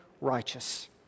righteous